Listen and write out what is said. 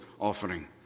offering